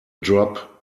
drop